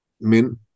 men